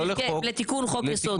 לתיקון חוק-יסוד.